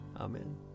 Amen